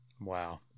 Wow